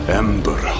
ember